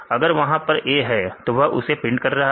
अगर वहां पर A है तो वह उसे प्रिंट कर रहा है